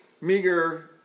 meager